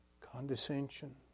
condescension